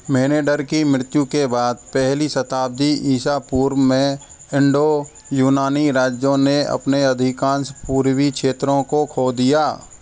मेनेडर की मृत्यु के बाद पहली शताब्दी ईसा पूर्व में इंडो यूनानी राज्यों ने अपने अधिकांश पूर्वी क्षेत्रों को खो दिया